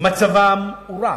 מצבם הורע,